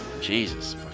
jesus